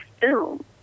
film